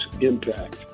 impact